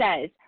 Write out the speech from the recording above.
says